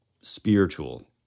spiritual